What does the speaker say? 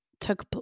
took